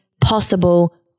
possible